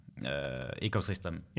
ecosystem